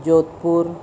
Jodhpur